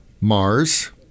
Mars